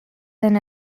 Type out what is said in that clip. than